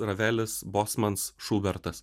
ravelis bosmans šubertas